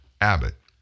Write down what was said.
Abbott